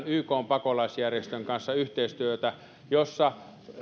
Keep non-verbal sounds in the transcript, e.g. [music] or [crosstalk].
[unintelligible] ykn pakolaisjärjestön kanssa yhteistyötä jossa